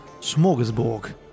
smorgasbord